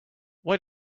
why